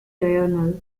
diurnal